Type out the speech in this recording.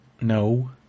No